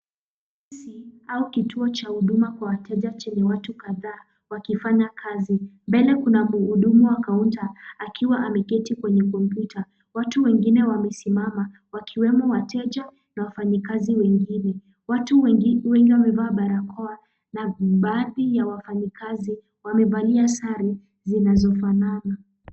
Ofisi au kituo cha huduma kwa wateja chenye watu kadhaa wakifanya kazi, mbele kuna mhudumu wa kaunta akiwa ameketi kwenye kompyuta, watu wengine wamesimama wakiwemo wateja na wafanyikazi wengine, watu wengi wamevaa barakoa na baadhi ya wafanyikazi wamevalia sare zinazofanana.